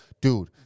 Dude